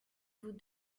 vous